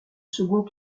second